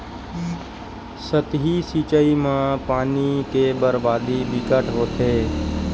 सतही सिचई म पानी के बरबादी बिकट होथे